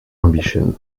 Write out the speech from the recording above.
ambition